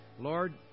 Lord